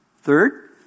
Third